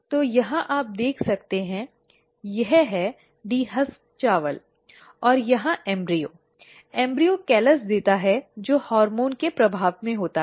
तो यहाँ आप देख सकते हैं यह है dehusked चावल और यहाँ भ्रूण भ्रूण कैलस देता है जो हार्मोन के प्रभाव में होता है